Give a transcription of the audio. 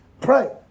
pray